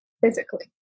physically